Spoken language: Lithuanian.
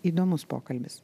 įdomus pokalbis